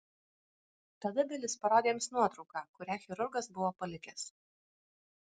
tada bilis parodė jiems nuotrauką kurią chirurgas buvo palikęs